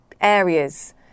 areas